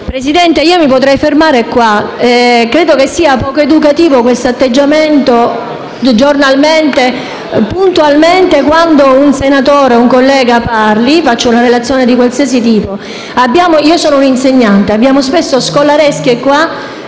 Presidente, mi potrei fermare qua. Credo che sia poco educativo questo atteggiamento, che si ha puntualmente, quando un senatore - un collega - parla o svolge una relazione di qualsiasi tipo. Sono un'insegnante: ospitiamo spesso delle scolaresche, a